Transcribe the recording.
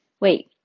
Wait